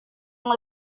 yang